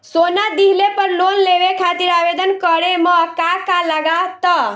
सोना दिहले पर लोन लेवे खातिर आवेदन करे म का का लगा तऽ?